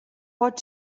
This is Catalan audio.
pot